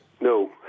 No